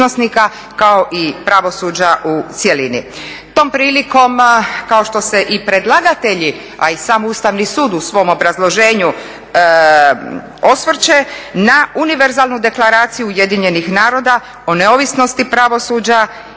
kao i pravosuđa u cjelini. Tom prilikom kao što se i predlagatelji, a i sam Ustavni sud u svom obrazloženju osvrće na univerzalnu Deklaraciju UN-a o neovisnosti pravosuđa